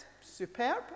superb